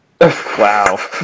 Wow